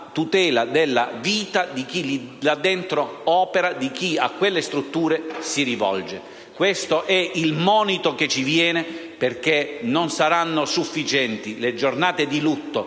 tutela della vita di chi all'interno di quelle strutture opera e a quelle strutture si rivolge. Questo è il monito che ci viene, perché non saranno sufficienti le giornate di lutto